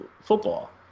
football